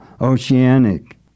oceanic